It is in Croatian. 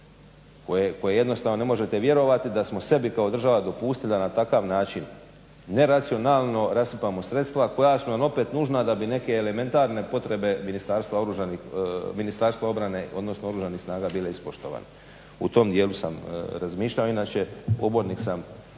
koje jednostavno ne možete vjerovati da smo sebi kao država dopustili da na takav način neracionalno rasipamo sredstva koja su nam opet nužna da bi neke elementarne potrebe Ministarstva obrane, odnosno Oružanih snaga bile ispoštovane. O tom dijelu sam razmišljao. Inače pobornik sam